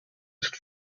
ist